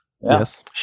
Yes